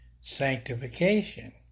sanctification